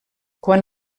quan